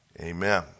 Amen